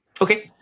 Okay